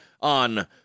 on